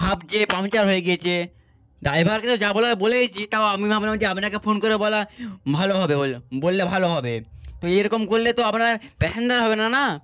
half যেয়ে puncture হয়ে গিয়েছে ডাইভারকে তো যা বলার বলেইছি তাও আমি ভাবলাম যে আপনাকে ফোন করে বলা ভালো হবে বললে বললে ভালো হবে তো এরকম করলে তো আপনার প্যাসেঞ্জার হবে না না